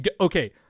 okay